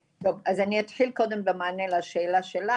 טוב, אז אני אתחיל קודם במענה לשאלה שלך.